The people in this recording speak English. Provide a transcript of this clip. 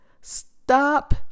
Stop